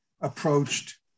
approached